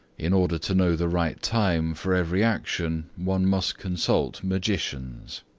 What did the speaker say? in order to know the right time for every action, one must consult magicians.